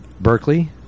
Berkeley